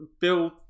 build